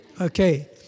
Okay